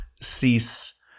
cease